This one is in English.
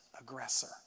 aggressor